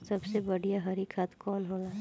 सबसे बढ़िया हरी खाद कवन होले?